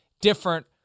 different